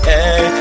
Hey